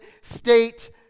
state